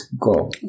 go